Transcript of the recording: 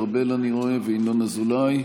אסירים וכלואים),